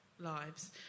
Lives